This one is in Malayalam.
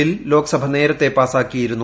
ബിൽ ലോക്സഭ നേരത്തെ പാസ്റ്റാക്കിയിരുന്നു